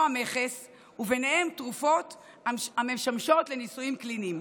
המכס ובהם תרופות המשמשות לניסויים קליניים.